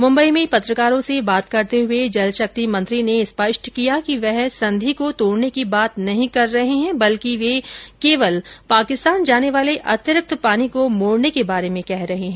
मुम्बई में पत्रकारों से बात करते हए जलशक्ति मंत्री ने स्पष्ट किया कि वह संधि को तोड़ने की बात नहीं कर रहे हैं बल्कि वे केवल पाकिस्तान जाने वाले अतिरिक्त पानी को मोड़ने के बारे में कह रहे हैं